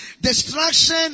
destruction